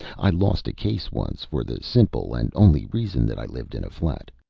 i lost a case once for the simple and only reason that i lived in a flat.